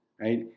right